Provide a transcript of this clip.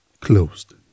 closed